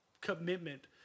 commitment